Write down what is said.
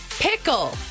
Pickle